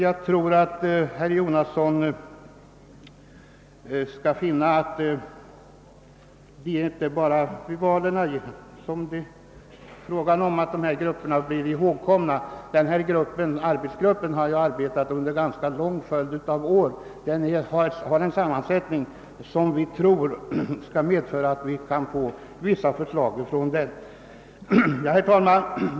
Jag tror att herr Jonasson skall finna att de kategorier det här gäller blir ihågkomna. Arbetsgruppen för glesbygdsfrågor har nu verkat under en ganska lång följd av år, och den har en sådan sammansättning att den är väl förtrogen med hithörande frågor. Herr talman!